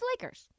Lakers